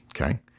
Okay